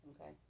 Okay